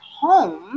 home